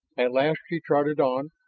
at last she trotted on,